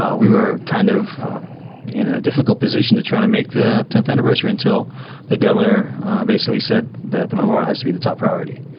ah we were kind of in a difficult position to try to make the tenth anniversary until the governor basically said that the memorial has to be top priority.